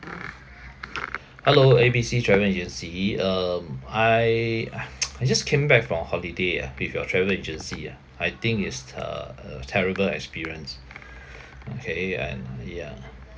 hello A B C travel agency um I ah I just came back from holiday ah with your travel agency ah I think is a uh terrible experience okay and yeah